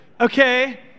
Okay